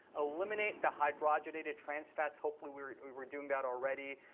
eliminate the hydrogenated trans fats. hopefully, we were we were doing that already.